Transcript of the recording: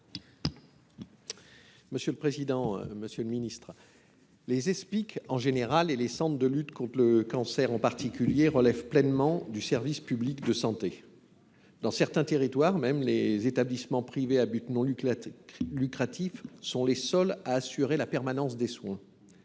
de santé privés d’intérêt collectif (Espic) en général et les centres de lutte contre le cancer en particulier relèvent pleinement du service public de santé. Dans certains territoires, les établissements privés à but non lucratif sont même les seuls à assurer la permanence des soins.